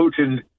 Putin